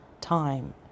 time